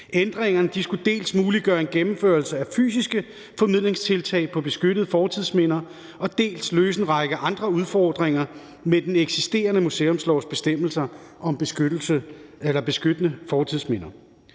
Ændringerne skulle dels muliggøre en gennemførelse af fysiske formidlingstiltag på beskyttede fortidsminder, dels løse en række andre udfordringer med den eksisterende museumslovs bestemmelser om beskyttelse af fortidsminder.